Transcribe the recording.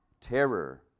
terror